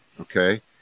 Okay